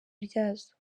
ryazo